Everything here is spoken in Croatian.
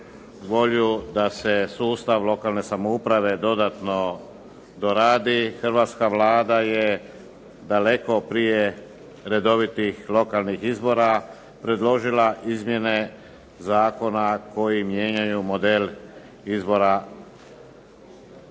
volju da se sustav lokalne samouprave dodatno doradi, hrvatska Vlada je daleko prije redovitih lokalnih izbora predložila izmjene zakona koji mijenjaju model izbora